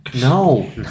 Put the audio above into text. No